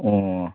ꯑꯣ